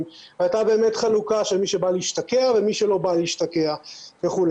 והייתה באמת חלוקה של מי שבא להשתקע ומי שלא בא להשתקע וכו'.